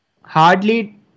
hardly